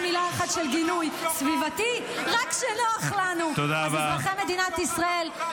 האם יצאת נגד כל שרפות הצמיגים הבלתי-חוקיות האלה על כבישי מדינת ישראל?